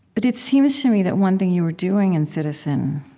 but it seems to me that one thing you were doing in citizen